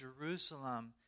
Jerusalem